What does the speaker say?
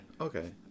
Okay